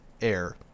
air